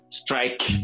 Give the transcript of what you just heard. strike